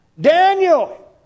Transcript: Daniel